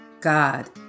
God